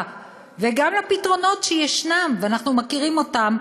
וגם לפתרונות שישנם ואנחנו מכירים אותם,